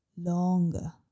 longer